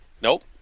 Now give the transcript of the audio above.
Nope